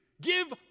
give